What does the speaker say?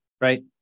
right